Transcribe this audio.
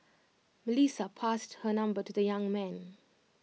Melissa passed her number to the young man